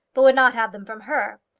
but would not have them from her.